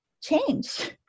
change